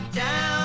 down